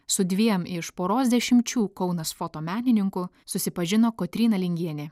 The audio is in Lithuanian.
su dviem iš poros dešimčių kaunas fotomenininkų susipažino kotryna lingienė